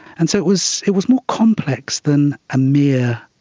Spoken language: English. and so it was it was more complex than a mere